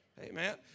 Amen